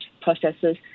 processes